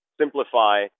simplify